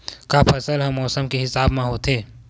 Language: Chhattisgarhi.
का फसल ह मौसम के हिसाब म होथे?